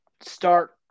start